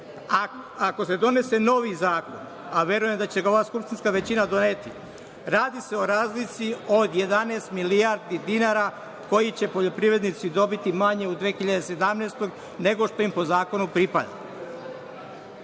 ako se donese novi zakon, a verujem da će ga ova skupštinska većina doneti, radi se o razlici od 11 milijardi dinara koje će poljoprivrednici dobiti manje u 2017. godini nego što im po zakonu pripada.